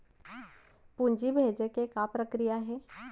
पूंजी भेजे के का प्रक्रिया हे?